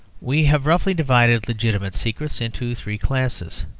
we have roughly divided legitimate secrets into three classes.